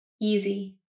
Easy